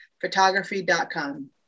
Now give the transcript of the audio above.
photography.com